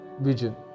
vision